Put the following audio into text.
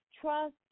trust